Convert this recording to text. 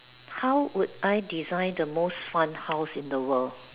how would I design the most fun house in the world